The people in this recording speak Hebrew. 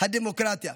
מהות הדמוקרטיה,